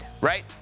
right